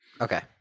okay